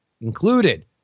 included